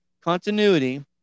continuity